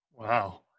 Wow